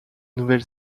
nouvelle